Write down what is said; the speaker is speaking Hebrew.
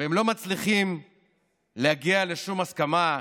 והם לא מצליחים להגיע לשום הסכמה.